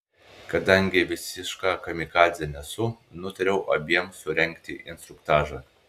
kadangi visiška kamikadzė nesu nutariau abiem surengti instruktažą